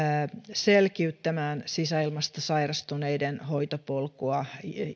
selkiyttämään sisäilmasta sairastuneiden hoitopolkua